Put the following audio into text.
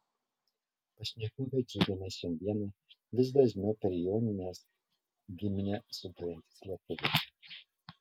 pašnekovę džiugina šiandieną vis dažniau per jonines giminę suburiantys lietuviai